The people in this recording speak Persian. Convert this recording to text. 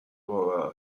باور